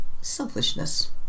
selfishness